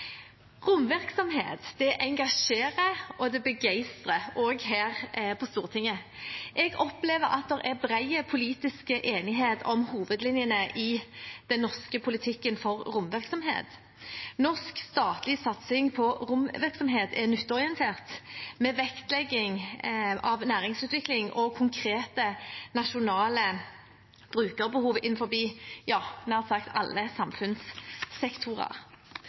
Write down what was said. engasjerer og begeistrer – også her på Stortinget. Jeg opplever at det er bred politisk enighet om hovedlinjene i den norske politikken for romvirksomhet. Norsk statlig satsing på romvirksomhet er nytteorientert, med vektlegging av næringsutvikling og konkrete nasjonale brukerbehov innenfor – ja, nær sagt alle samfunnssektorer.